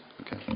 Okay